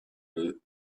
eux